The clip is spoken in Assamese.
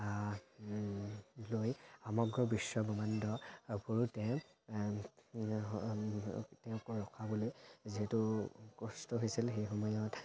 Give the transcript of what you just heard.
লৈ সমগ্ৰ বিশ্বব্ৰহ্মাণ্ড ঘূৰোঁতে ৰখাবলৈ যিহেতু কষ্ট হৈছিল সেই সময়ত